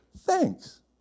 thanks